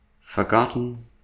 Forgotten